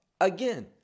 again